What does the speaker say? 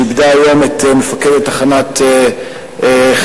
שאיבדה היום את מפקדת תחנת חיפה,